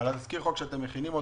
שאתם מכינים.